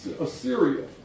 Assyria